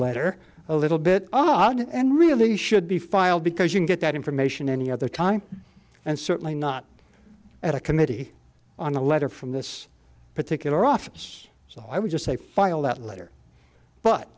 letter a little bit odd and really should be filed because you can get that information any other time and certainly not at a committee on a letter from this particular office so i would just say file that letter but